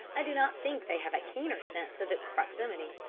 i do not think they have a keener sense of its proximity.